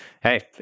Hey